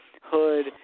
Hood